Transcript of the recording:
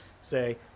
say